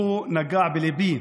הוא נגע בליבי.